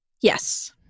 Yes